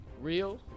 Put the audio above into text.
Real